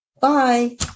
bye